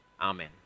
Amen